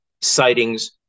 sightings